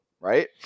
right